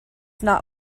not